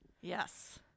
Yes